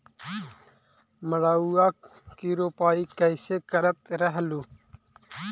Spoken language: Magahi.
मड़उआ की रोपाई कैसे करत रहलू?